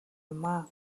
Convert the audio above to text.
юмаа